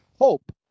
hope